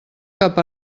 cap